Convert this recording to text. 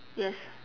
yes